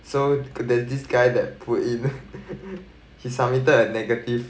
so there's this guy that put in he submitted a negative